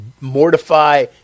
mortify